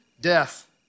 death